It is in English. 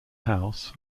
house